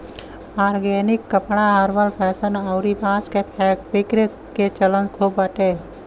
organic कपड़ा herbal fashion अउरी बांस के फैब्रिक के चलन खूब बाटे